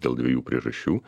dėl dviejų priežasčių